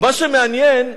מה שמעניין,